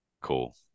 Cool